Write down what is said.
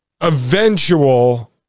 eventual